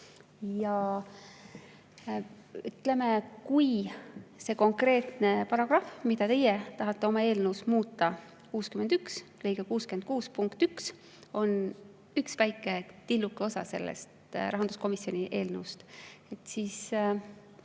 oma. Ütleme, kui see konkreetne paragrahv, mida teie tahate oma eelnõus muuta –§ 61 lõige 66 punkt 1 –, on üks väike, tilluke osa sellest rahanduskomisjoni eelnõust, siis